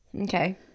Okay